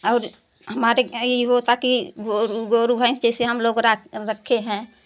और हमारे ई होता की गोरू गोरू भैंस जैसी हम रखते हैं